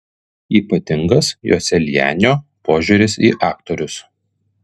ypatingas joselianio požiūris į aktorius